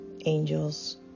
angels